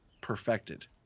perfected